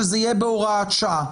שזה יהיה בהוראת שעה.